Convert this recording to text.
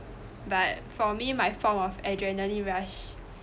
but for me my form of adrenaline rush